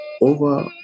over